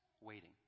waiting